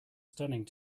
stunning